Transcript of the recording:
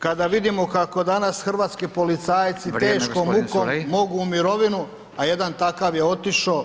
Kada vidimo kako danas hrvatski policajci [[Upadica: Vrijeme g. Culej]] teškom mukom mogu u mirovinu, a jedan takav je otišao